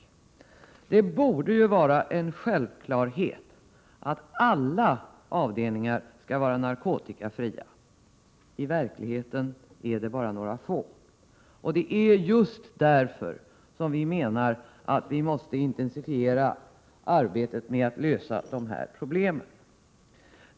Det borde vara en självklarhet att alla avdelningar skall vara narkotikafria. I verkligheten är det bara några få. Det är just därför som vi menar att vi måste intensifiera arbetet med att lösa de här problemen.